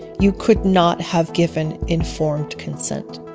you could not have given informed consent.